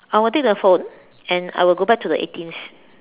I will take the phone and I will go back to the eighteens